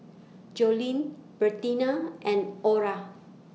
Joleen Bertina and Orra